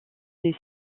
des